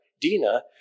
Dina